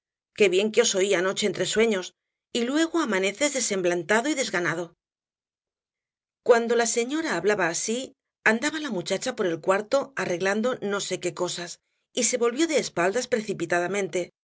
que bien os oí anoche entre sueños y luego amaneces desemblantado y desganado cuando la señora hablaba así andaba la muchacha por el cuarto arreglando no sé qué cosas y se volvió de espaldas